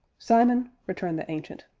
simon, returned the ancient,